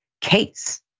case